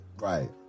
right